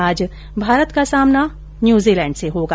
आज भारत का सामना न्यूजीलैंड से होगा